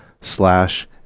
slash